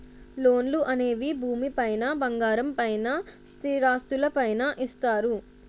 లోన్లు అనేవి భూమి పైన బంగారం పైన స్థిరాస్తులు పైన ఇస్తారు